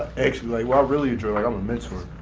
actually, what i really enjoy, i'm a mentor.